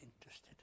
interested